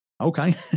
Okay